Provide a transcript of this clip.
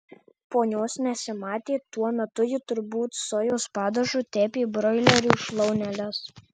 ponios nesimatė tuo metu ji turbūt sojos padažu tepė broilerių šlauneles